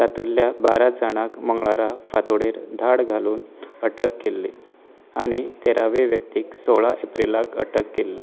तातूंतल्या बारा जाणांक मंगळारा फांतोडेर धाड घालून अटक केल्ली आनी तेरावे व्यक्तीक सोळा एप्रिलाक अटक केल्ली